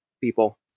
people